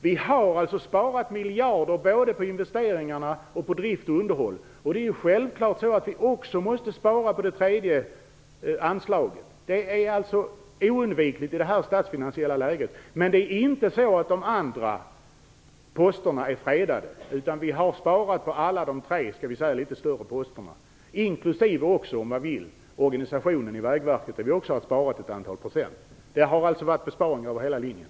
Vi har alltså sparat miljarder både på investeringarna och på drift och underhåll. Det är självklart också så att vi måste spara på det tredje anslaget. Det är oundvikligt i detta statsfinansiella läge. Men det är inte så att de andra posterna är fredade, utan vi har sparat på alla de tre litet större posterna. Detsamma gäller för Vägverkets organisation, på vilken vi också har sparat ett antal procent. Det har alltså skett besparingar över hela linjen.